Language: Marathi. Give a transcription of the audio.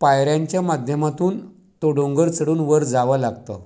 पायऱ्यांच्या माध्यमातून तो डोंगर चढून वर जावं लागतं